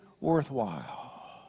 worthwhile